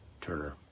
Turner